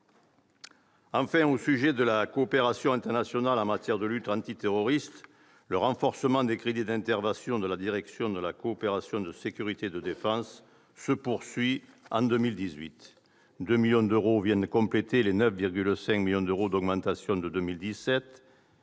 Enfin, s'agissant de la coopération internationale en matière de lutte antiterroriste, le renforcement des crédits d'intervention de la Direction de la coopération de sécurité et de défense, la DCSD, se poursuivra en 2018 : 2 millions d'euros viennent compléter les 9,5 millions d'euros d'augmentation de 2017,